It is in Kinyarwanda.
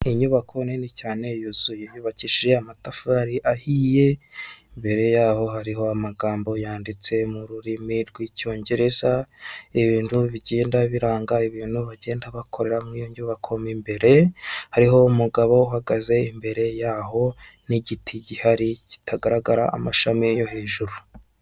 Inyubako nini cyane yuzuye yubakishije amatafari ahiye mbere yaho hariho amagambo yanditse mu rurimi rw'icyongereza, ibintu bigenda biranga ibintu bagenda bakora mu iyo nyubako mo imbere hari umugabo uhagaze imbere yaho n'igiti gihari kitagaragara amashami yo hejuru.